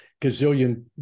gazillion